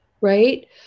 Right